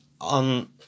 On